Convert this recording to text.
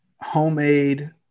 homemade